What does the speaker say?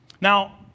Now